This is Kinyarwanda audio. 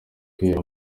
kwihera